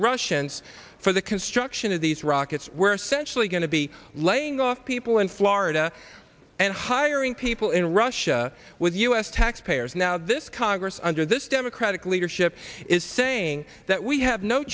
russians for the construction of these rockets we're sensually going to be laying off people in florida and hiring people in russia with u s taxpayers now this congress under this democratic leadership is saying that we have no